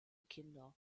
kinder